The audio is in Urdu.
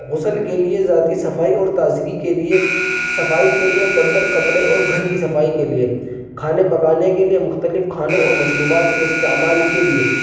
غسل کے لیے ذاتی صفائی اور تازگی کے لیے صفائی کے لیے برتن کپڑے اور گھر کی صفائی کے لیے کھانا پکانے کے لیے مختلف کھانوں اور مشروبات میں استعمال کے لیے